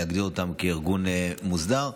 להגדיר אותם כארגון מוסדר,